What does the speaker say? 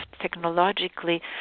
technologically